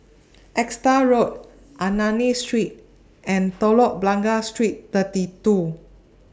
Exeter Road Ernani Street and Telok Blangah Street thirty two